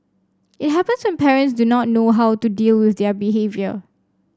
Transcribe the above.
it happens when parents do not know how to deal with their behaviour